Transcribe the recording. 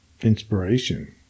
Inspiration